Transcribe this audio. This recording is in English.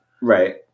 Right